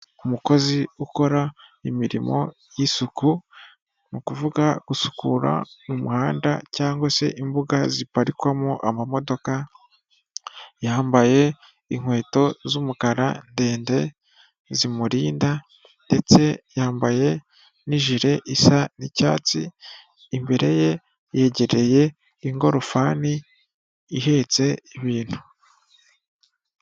Umukozi ukora imirimo y'isuku, ni ukuvuga gusukura mu muhanda cyangwa se imbuga ziparikwamo amamodoka, yambaye inkweto z'umukara ndende zimurinda ndetse yambaye n'ijire isa icyatsi, imbere ye yegereye ingorofani ihetse ibintu.